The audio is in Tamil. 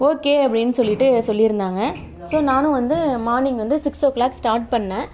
ஓகே அப்படினு சொல்லிவிட்டு சொல்லி இருந்தாங்க ஸோ நானும் வந்து மார்னிங் வந்து சிக்ஸ் ஓ கிளாக் ஸ்டார்ட் பண்ணிணேன்